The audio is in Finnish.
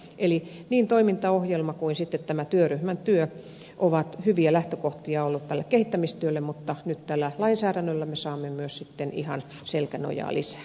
eli niin toimintaohjelma kuin sitten tämä työryhmän työ ovat hyviä lähtökohtia olleet tälle kehittämistyölle mutta nyt tällä lainsäädännöllä me saamme myös sitten ihan selkänojaa lisää